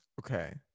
Okay